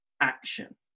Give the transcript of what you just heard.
action